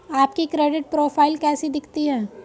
आपकी credit profile कैसी दिखती है?